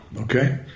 Okay